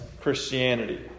Christianity